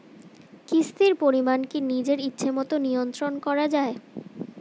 কিস্তির পরিমাণ কি নিজের ইচ্ছামত নিয়ন্ত্রণ করা যায়?